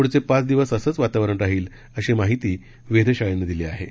पुढचे पाच दिवस असंच वातावरण राहील अशी माहिती वेधशाळेनं दिली आहे